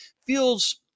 feels